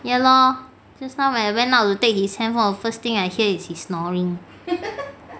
ya lor just now I went out to take his handphone first thing I hear is he snoring